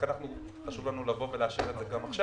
לכן חשוב לנו לבוא ולאשר את זה גם עכשיו,